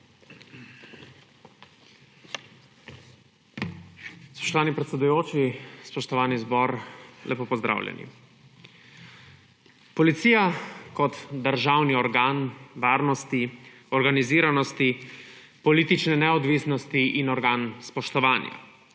Spoštovani predsedujoči, spoštovani zbor, lepo pozdravljeni! Policija kot državni organ varnosti, organiziranosti, politične neodvisnosti in organ spoštovanja